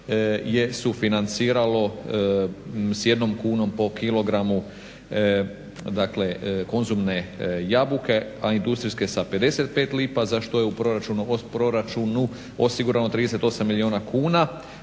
je sufinanciralo s jednom kunom po kilogramu, dakle konzumne jabuke, a industrijske sa 55 lipa, za što je u proračunu osigurano 38 milijuna kuna.